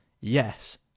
yes